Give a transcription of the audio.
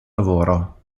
lavoro